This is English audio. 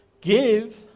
Give